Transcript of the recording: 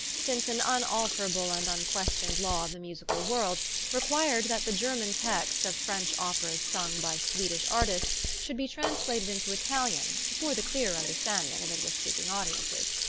since an unalterable and unquestioned law of the musical world required that the german text of french operas sung by swedish artists should be translated into italian for the clearer understanding of english-speaking audiences.